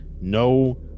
No